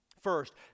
First